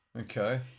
Okay